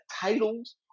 titles